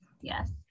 Yes